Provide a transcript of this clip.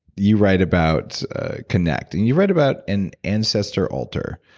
you write about connect. and you write about an ancestor altar.